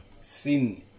sin